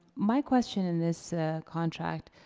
my question in this contract,